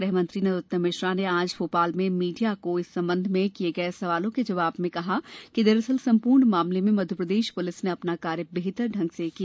गृह मंत्री नरोत्तम मिश्रा ने आज भोपाल में मीडिया के इस संबंध में किये गये सवालों के जवाब में कहा कि दरअसल संपूर्ण मामले में मध्यप्रदेश पुलिस ने अपना कार्य बेहतर ढंग से किया